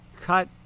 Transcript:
cut